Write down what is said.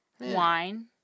wine